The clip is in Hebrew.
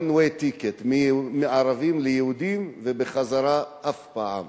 one way ticket, מערבים ליהודים, ובחזרה אף פעם,